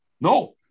No